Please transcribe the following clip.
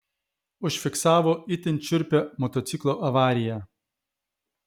užfiksavo itin šiurpią motociklo avariją